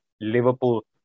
Liverpool